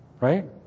right